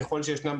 ככל שישנם,